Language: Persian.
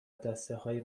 دستههای